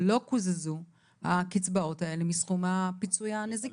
לא קוזזו הקצבאות האלה מסכום פיצויי הנזיקין.